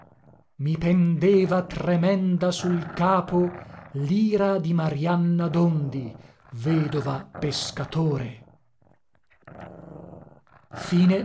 i pendeva tremenda sul capo lira di marianna dondi vedova pescatore